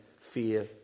fear